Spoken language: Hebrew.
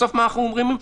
בסוף מה אנחנו אומרים?